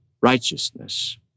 righteousness